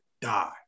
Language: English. die